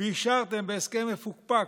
ואישרתם בהסכם מפוקפק,